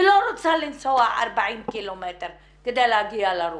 היא לא רוצה לנסוע 40 קילומטר כדי להגיע לרופא,